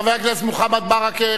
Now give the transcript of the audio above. חבר הכנסת מוחמד ברכה,